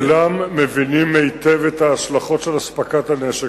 כולם מבינים היטב את ההשלכות של אספקת הנשק.